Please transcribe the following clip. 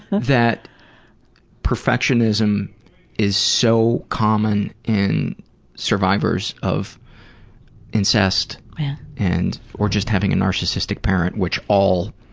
that perfectionism is so common in survivors of incest and. or just having an narcissistic parent which all.